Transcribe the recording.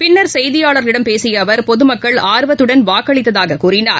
பின்னர் செய்தியாளர்களிடம் பேசிய அவர் பொதுமக்கள் ஆர்வத்துடன் வாக்களித்ததாகக் கூறினார்